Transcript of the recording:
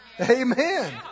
Amen